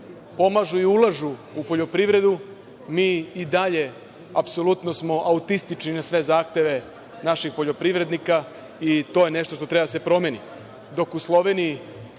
pomažu i ulažu u poljoprivredu, mi i dalje apsolutno smo autistični na sve zahteve naših poljoprivrednika i to je nešto što treba da se promeni.